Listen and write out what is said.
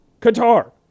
Qatar